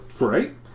Right